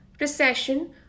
recession